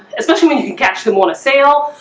especially when you catch them on a sale,